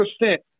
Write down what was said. percent